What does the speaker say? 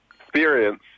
experience